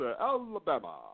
Alabama